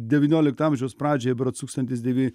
devyniolikto amžiaus pradžioje berods tūkstantis devy